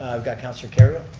i've got counselor kerrio.